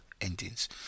endings